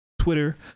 Twitter